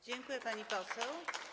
Dziękuję, pani poseł.